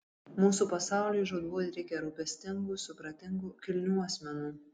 mūsų pasauliui žūtbūt reikia rūpestingų supratingų kilnių asmenų